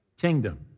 kingdom